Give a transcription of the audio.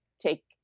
take